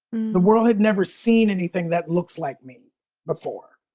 the world had never seen anything that looks like me before,